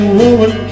woman